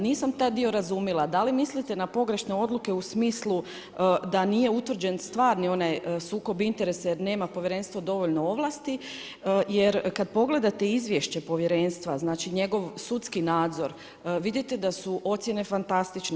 Nisam taj dio razumjela, da li mislite na pogrešne odluke u smislu da nije utvrđen stvarni onaj sukob interesa jer nema povjerenstvo dovoljno ovlasti jer kad pogledate izvješće povjerenstva, znači njegov sudski nadzor, vidite da su ocjene fantastične.